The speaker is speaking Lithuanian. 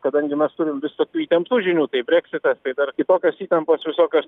kadangi mes turim visokių įtmeptų žinių tai breksitas tai dar kitokios įtampos visokios